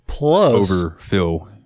overfill